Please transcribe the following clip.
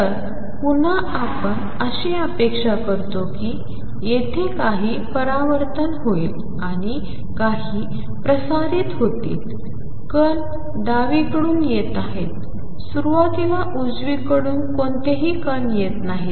तर पुन्हा आपण अशी अपेक्षा करतो की येथे काही परावर्तन होईल आणि काही प्रसारित होतील कण डावीकडून येत आहेत सुरुवातीला उजवीकडून कोणतेही कण येत नाहीत